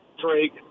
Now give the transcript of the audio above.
Drake